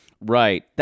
Right